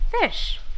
fish